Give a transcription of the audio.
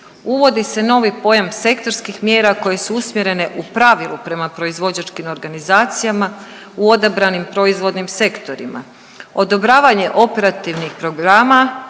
Uvodi se novi pojam sektorskih mjera koje su usmjerene u pravilu prema proizvođačkim organizacijama u odabranim proizvodnim sektorima. Odobravanje operativnih programa